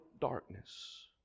darkness